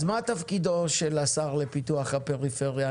אז מה תפקידו של השר לפיתוח הפריפריה,